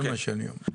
זה מה שאני אומר.